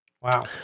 Wow